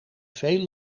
veel